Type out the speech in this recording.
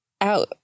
out